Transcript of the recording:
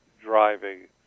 driving